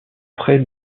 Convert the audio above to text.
près